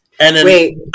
Wait